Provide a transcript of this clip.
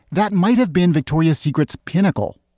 that might have been victoria's secret's pinnacle.